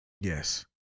yes